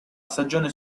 stagione